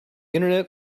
internet